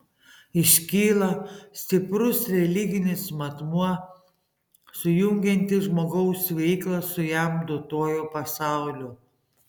iškyla stiprus religinis matmuo sujungiantis žmogaus veiklą su jam duotuoju pasauliu